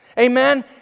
amen